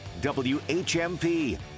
whmp